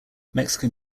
mexican